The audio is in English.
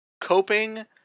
coping